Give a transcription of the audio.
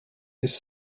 his